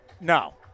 No